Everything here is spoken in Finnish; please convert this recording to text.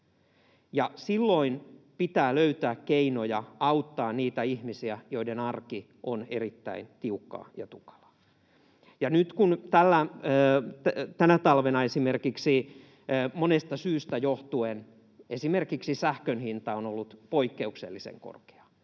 silloin pitää löytää keinoja auttaa niitä ihmisiä, joiden arki on erittäin tiukkaa ja tukalaa. Nyt kun tänä talvena monesta syystä johtuen esimerkiksi sähkön hinta on ollut poik- keuksellisen korkea,